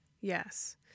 yes